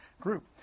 group